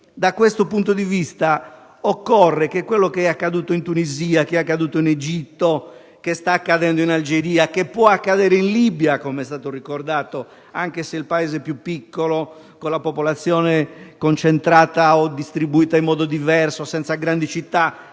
da questo punto di vista occorre che quello che è accaduto in Tunisia, in Egitto, che sta accadendo in Algeria, e che può accadere in Libia, come è stato ricordato, anche se il Paese è più piccolo, con la popolazione concentrata o distribuita in modo diverso, senza grandi città